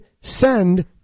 send